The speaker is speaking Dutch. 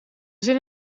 zin